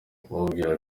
umubwira